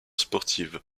sportive